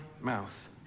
mouth